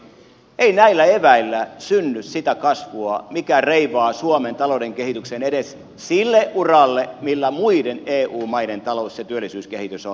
mitä tulee siihen kasvuun arvoisa pääministeri ei näillä eväillä synny sitä kasvua mikä reivaa suomen talouden kehityksen edes sille uralle millä muiden eu maiden talous ja työllisyyskehitys on